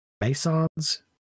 masons